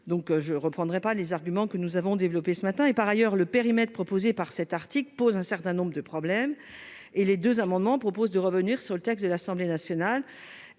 donc je reprendrai pas les arguments que nous avons développé ce matin et, par ailleurs, le périmètre proposé par cet article pose un certain nombre de problèmes et les 2 amendements proposent de revenir sur le texte de l'Assemblée nationale